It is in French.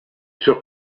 sur